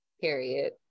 Period